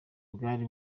bwari